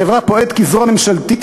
החברה פועלת כזרוע ממשלתית,